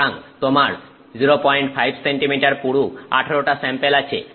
সুতরাং তোমার 05 সেন্টিমিটার পুরু 18টা স্যাম্পেল আছে